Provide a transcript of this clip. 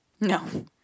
No